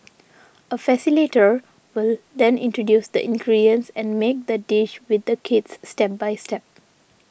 a facilitator will then introduce the ingredients and make the dish with the kids step by step